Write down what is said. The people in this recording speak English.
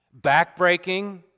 backbreaking